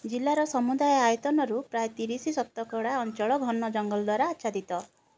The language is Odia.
ଜିଲ୍ଲାର ସମୁଦାୟ ଆୟତନରୁ ପ୍ରାୟ ତିରିଶ ଶତକଡ଼ା ଅଞ୍ଚଳ ଘନ ଜଙ୍ଗଲ ଦ୍ୱାରା ଆଚ୍ଛାଦିତ